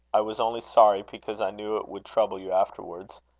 i was only sorry because i knew it would trouble you afterwards.